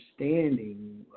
understanding